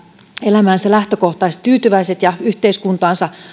elämäänsä lähtökohtaisesti tyytyväiset ja yhteiskuntaansa